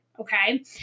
Okay